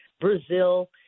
Brazil